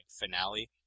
finale